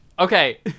Okay